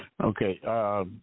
Okay